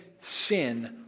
sin